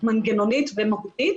מנגנונית ומוקדית.